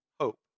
hope